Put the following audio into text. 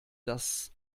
das